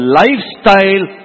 lifestyle